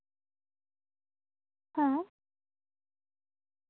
ᱦᱮᱸ